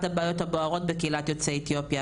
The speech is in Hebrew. הבעיות הבוערות בקהילת יוצאי אתיופיה,